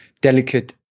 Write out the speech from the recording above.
delicate